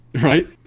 right